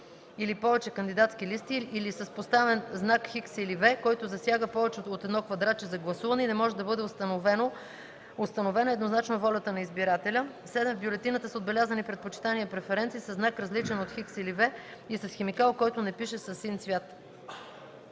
или повече кандидатски листи или с поставен знак „Х” или „V”, който засяга повече от едно квадратче за гласуване и не може да бъде установена еднозначно волята на избирателя; 7. в бюлетината са отбелязани предпочитания (преференции) със знак, различен от „Х” или „V”, и с химикал, който не пише със син цвят.